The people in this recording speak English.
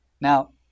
Now